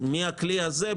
מהכלי הזה,